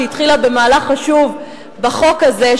שהתחילה במהלך חשוב בחוק הזה,